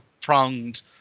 pronged